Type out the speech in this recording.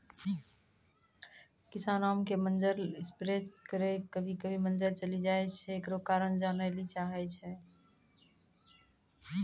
किसान आम के मंजर जे स्प्रे छैय कभी कभी मंजर जली जाय छैय, एकरो कारण जाने ली चाहेय छैय?